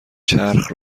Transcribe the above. چرخ